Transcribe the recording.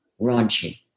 raunchy